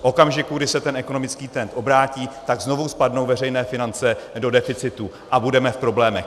V okamžiku, kdy se ten ekonomický trend obrátí, tak znovu spadnou veřejné finance do deficitu a budeme v problémech.